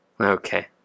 Okay